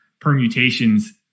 permutations